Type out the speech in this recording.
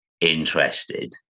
interested